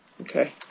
Okay